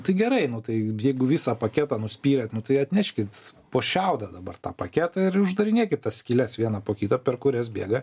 tai gerai na tai jeigu visą paketą nuspyrėt nu tai atneškit po šiaudą dabar tą paketą ir išdarinėkit tas skyles vieną po kito per kurias bėga